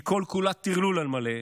שהיא כל-כולה טרלול על מלא,